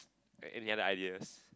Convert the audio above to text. any other ideas